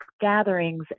gatherings